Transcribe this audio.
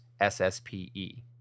SSPE